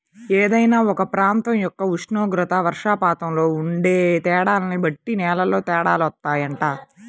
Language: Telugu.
ఏదైనా ఒక ప్రాంతం యొక్క ఉష్ణోగ్రత, వర్షపాతంలో ఉండే తేడాల్ని బట్టి నేలల్లో తేడాలు వత్తాయంట